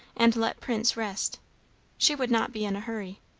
and let prince rest she would not be in a hurry.